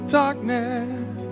darkness